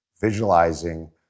visualizing